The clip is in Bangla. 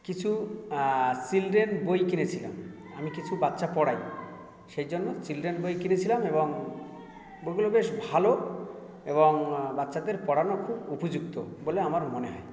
কিছু চিলড্রেন বই কিনেছিলাম আমি কিছু বাচ্চা পড়াই সেই জন্য চিলড্রেন বই কিনেছিলাম এবং বইগুলো বেশ ভালো এবং বাচ্চাদের পড়ানোর খুব উপযুক্ত বলে আমার মনে হয়